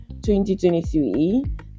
2023